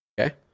Okay